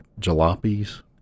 Jalopies